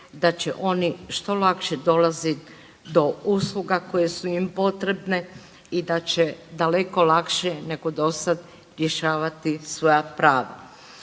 da će oni što lakše dolaziti do usluga koje su im potrebne i da će daleko lakše nego dosada rješavati svoja prava.